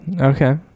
Okay